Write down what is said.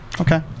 Okay